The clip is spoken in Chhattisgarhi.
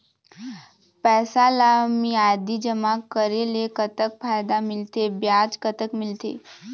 पैसा ला मियादी जमा करेले, कतक फायदा मिलथे, ब्याज कतक मिलथे?